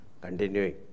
Continuing